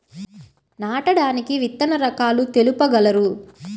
నాటడానికి విత్తన రకాలు తెలుపగలరు?